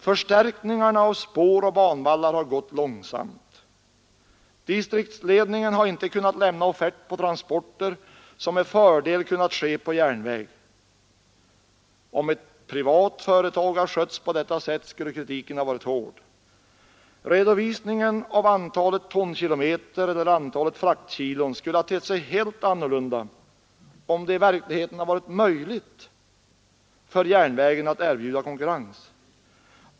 Förstärkningarna av spår och banvallar har gått långsamt. Distriktsledningen har inte kunnat lämna offert på transporter som med fördel kunnat ske på järnväg. Om ett privat företag hade skötts på detta sätt skulle kritiken ha varit hård. Redovisningen av antalet tonkilometer eller antalet fraktkilogram skulle ha tett sig helt annorlunda, om det i verkligheten hade varit möjligt för järnvägen att erbjuda konkurrens.